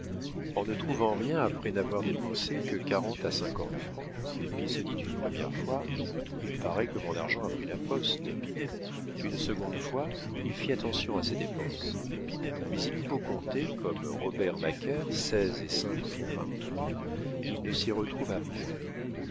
en ne trouvant rien après n'avoir dépensé que quarante à cinquante francs il se dit une première fois il paraît que mon argent a pris la poste une seconde fois il fit attention à ses dépenses mais il eut beau compter comme robert macaire seize et cinq font vingt-trois il ne s'y retrouva point